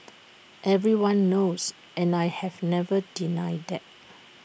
everyone knows and I have never denied that